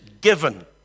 given